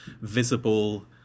visible